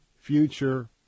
future